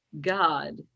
God